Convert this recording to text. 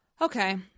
Okay